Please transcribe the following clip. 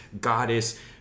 goddess